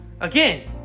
Again